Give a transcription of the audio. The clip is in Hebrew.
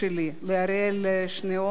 אריאל שניאור,